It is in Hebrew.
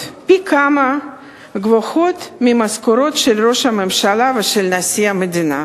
גבוהות פי-כמה ממשכורותיהם של ראש הממשלה ושל נשיא המדינה?